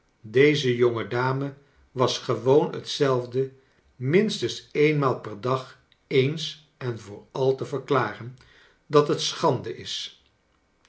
deze jonge dame was gewoon hetzelfde minstens eenmaal per dag eens en voor al te verklaren dat het schandc is